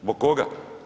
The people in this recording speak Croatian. Zbog koga?